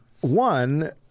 One